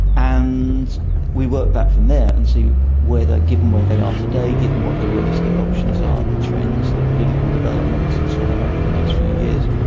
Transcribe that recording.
and we work back from there and see whether, given where they are today, given what the realistic options are, the trends, the political developments and so on over the next few years,